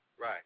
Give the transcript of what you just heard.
Right